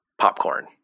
popcorn